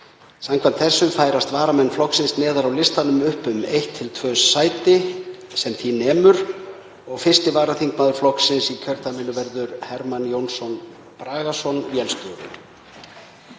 Samkvæmt þessu færast varamenn flokksins neðar á listanum upp um eitt til tvö sæti sem því nemur og 1. varaþingmaður flokksins í kjördæminu verður Hermann Jónsson Bragason vélstjóri.